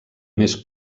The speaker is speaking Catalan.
més